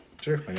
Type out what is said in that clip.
Sure